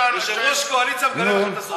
יושב-ראש הקואליציה מגלה לכם את הסודות.